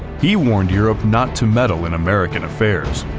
he warned europe not to meddle in american affairs,